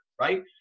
right